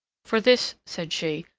for this, said she,